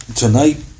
tonight